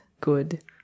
good